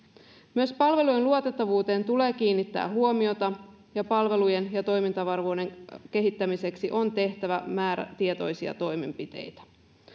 myös palvelujen luotettavuuteen tulee kiinnittää huomiota ja palvelujen ja toimintavarmuuden kehittämiseksi on tehtävä määrätietoisia toimenpiteitä